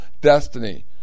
destiny